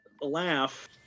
laugh